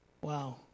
Wow